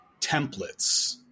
templates